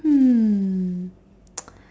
hmm